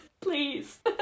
please